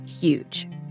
huge